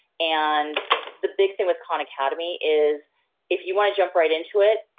and the big thing with khan academy is if you want to jump right into it,